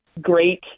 great